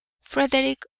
frederick